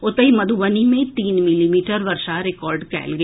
ओतहि मधुबनी मे तीन मिलीमीटर वर्षा रिकॉर्ड कएल गेल